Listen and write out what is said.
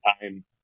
time